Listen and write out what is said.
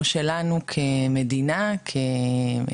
גברי, או שלנו כמדינה, כמחוקקים,